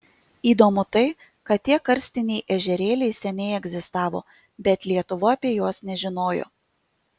įdomu tai kad tie karstiniai ežerėliai seniai egzistavo bet lietuva apie juos nežinojo